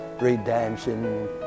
redemption